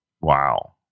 Wow